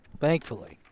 Thankfully